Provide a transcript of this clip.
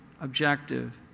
objective